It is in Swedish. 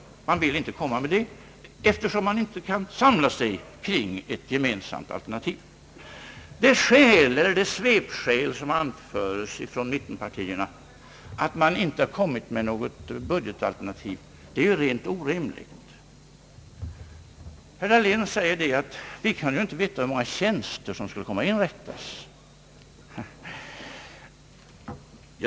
Man vill inte det, eftersom man inte kan samla sig till ett gemensamt alternativ. De skäl — eller svekskäl — som anförts från mittenpartierna för att man inte har något budgetalternativ är alldeles orimligt. Herr Dahlén säger att »vi kunde inte veta hur många tjänster som skulle komma att inrättas».